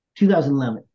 2011